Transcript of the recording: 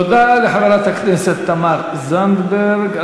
תודה לחברת הכנסת תמר זנדברג.